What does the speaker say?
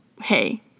hey